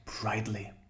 brightly